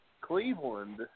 Cleveland